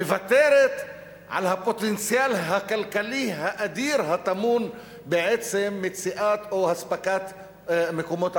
מוותרת על הפוטנציאל הכלכלי האדיר הטמון בעצם מציאת או